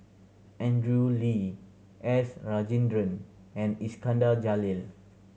Andrew Lee S Rajendran and Iskandar Jalil